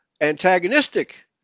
antagonistic